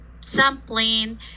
sampling